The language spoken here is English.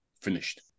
Finished